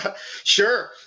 Sure